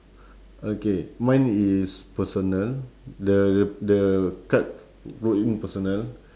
okay mine is personal the the card wrote in personal